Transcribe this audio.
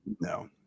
No